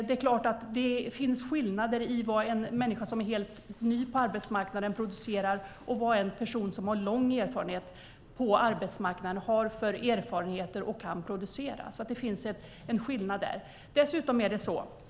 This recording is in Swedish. Det är klart att det finns skillnader i vad en person som är helt ny på arbetsmarknaden producerar och vad en person som har lång erfarenhet på arbetsmarknaden kan producera.